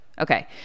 Okay